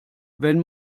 wenn